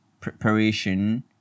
preparation